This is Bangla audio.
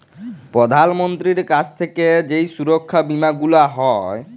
প্রধাল মন্ত্রীর কাছ থাক্যে যেই সুরক্ষা বীমা গুলা হ্যয়